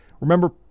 Remember